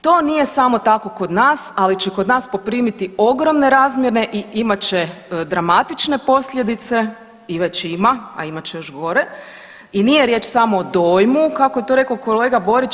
To nije samo tako kod nas, ali će kod nas poprimiti ogromne razmjere i imat će dramatične posljedice i već ima, a imat će još gore i nije riječ samo o dojmu kako je to rekao kolega Borić.